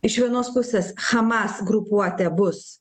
iš vienos pusės hamas grupuotė bus